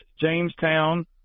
Jamestown